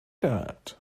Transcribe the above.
that